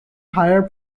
higher